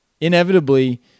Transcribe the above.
inevitably